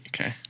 Okay